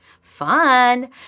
Fun